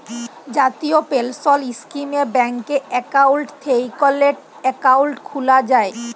জাতীয় পেলসল ইস্কিমে ব্যাংকে একাউল্ট থ্যাইকলে একাউল্ট খ্যুলা যায়